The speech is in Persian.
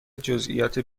جزییات